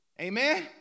Amen